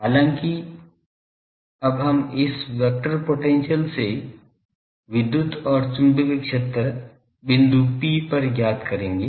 हालाँकि अब हम इन वेक्टर पोटेंशियल से विद्युत और चुंबकीय क्षेत्र बिंदु P पर ज्ञात करेंगे